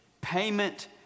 payment